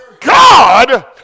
God